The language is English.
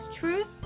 Truth